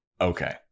Okay